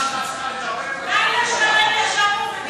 לילה שלם ישבנו והוא דיבר.